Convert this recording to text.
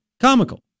Comical